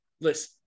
Listen